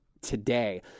today